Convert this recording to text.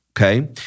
Okay